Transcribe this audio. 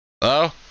Hello